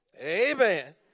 Amen